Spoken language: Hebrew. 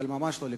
אבל ממש לא לקצץ.